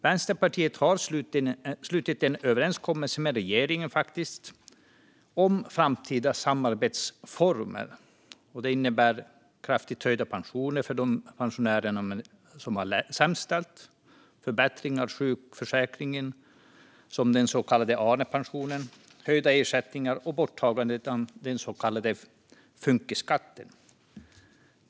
Vänsterpartiet har slutit en överenskommelse med regeringen om framtida samarbetsformer. Den innebär kraftigt höjda pensioner för de pensionärer som har det sämst ställt, förbättring av sjukförsäkringen, som den så kallade Arnepensionen, höjda ersättningar och borttagande av den så kallade funkisskatten.